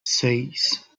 seis